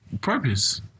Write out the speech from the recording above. Purpose